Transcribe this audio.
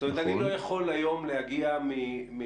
זאת אומרת אני לא יכול היום להגיע החל